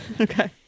Okay